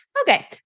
Okay